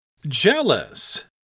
Jealous